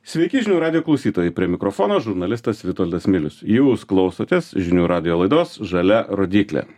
sveiki žinių radijo klausytojai prie mikrofono žurnalistas vitoldas milius jūs klausotės žinių radijo laidos žalia rodyklė